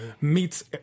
meets